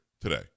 today